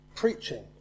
preaching